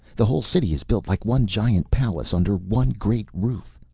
the whole city is built like one giant palace under one great roof.